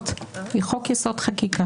יואב סגלוביץ', בבקשה.